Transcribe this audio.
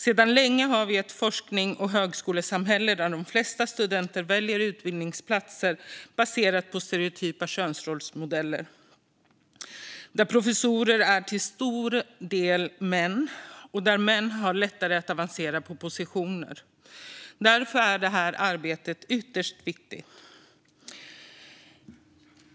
Sedan länge har vi ett forsknings och högskolesamhälle där de flesta studenter väljer utbildningsplatser baserat på stereotypa könsrollsmodeller och där professorer till stor del är män och där män har lättare att avancera på positioner. Därför är det här arbetet ytterst viktigt.